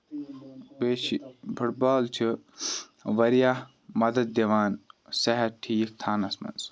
بیٚیہِ چھُ football چھُ واریاہ مَدد دوان صحت ٹھیٖک تھاونَس منٛز